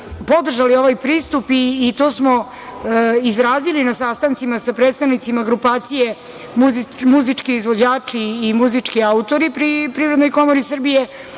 podržali ovaj pristup i to smo izrazili na sastancima sa predstavnicima grupacije muzički izvođači i muzički autori pri Privrednoj komori Srbije,